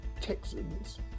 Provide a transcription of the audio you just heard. Texans